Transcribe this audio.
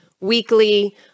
weekly